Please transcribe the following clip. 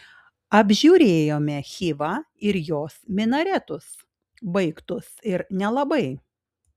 apžiūrėjome chivą ir jos minaretus baigtus ir nelabai